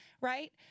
right